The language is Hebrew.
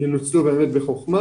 ינוצלו בחוכמה.